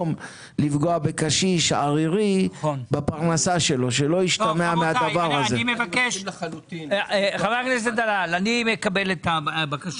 הלא פרוס לרעב לחמך ועניים מרודים תביא